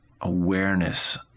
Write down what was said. awareness